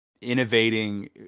innovating